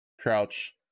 crouch